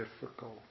difficult